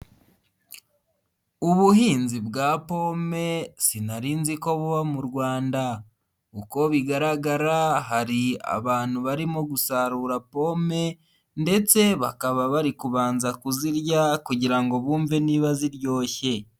ubuhinzi bwa pome, sinari nzi ko buba mu Rwanda. Uko bigaragara hari abantu barimo gusarura pome, ndetse bakaba bari kubanza kuzirya kugira ngo bumve niba ziryoshye.